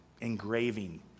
engraving